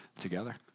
together